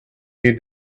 you